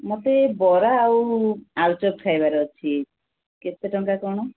ମୋତେ ବରା ଆଉ ଆଳୁଚପ ଖାଇବାର ଅଛି କେତେ ଟଙ୍କା କ'ଣ